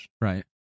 right